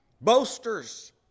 boasters